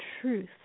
truth